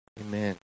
Amen